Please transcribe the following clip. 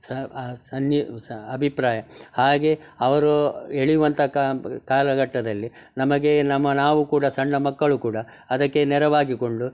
ಸ ಸನ್ನಿ ಸ ಅಭಿಪ್ರಾಯ ಹಾಗೆ ಅವರು ಎಳೆಯುವಂತ ಕಾಲಘಟ್ಟದಲ್ಲಿ ನಮಗೆ ನಮ್ಮ ನಾವು ಕೂಡ ಸಣ್ಣ ಮಕ್ಕಳು ಕೂಡ ಅದಕ್ಕೆ ನೆರವಾಗಿಕೊಂಡು